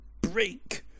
break